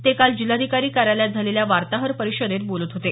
ते काल जिल्हाधिकारी कार्यालयात झालेल्या वार्ताहर परिषदेत बोलत होते